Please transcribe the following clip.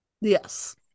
Yes